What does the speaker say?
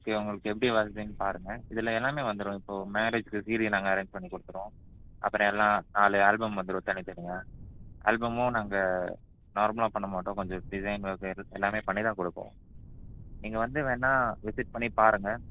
okay உங்களுக்கு எப்படி வசதின்னு பாருங்கள் இதில் எல்லாமே வந்துடும் இப்போது மேரேஜ்க்கு சீடி நாங்கள் அரேஞ்ச் பண்ணி கொடுத்துருவோம் அப்புறம் எல்லாம் நாலு ஆல்பம் வந்துடும் தனித்தனியாக ஆல்பமும் நாங்கள் நார்மலாக பண்ணமாட்டோம் கொஞ்சம் டிசைன் வொர்க் எல்லாமே பண்ணிதான் கொடுப்போம் நீங்கள் வந்து வேணா விசிட் பண்ணி பாருங்கள்